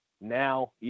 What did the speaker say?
Now